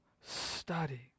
study